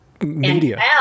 media